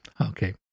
Okay